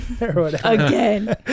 Again